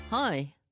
Hi